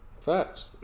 Facts